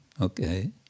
okay